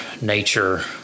nature